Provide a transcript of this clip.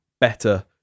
better